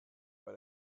bei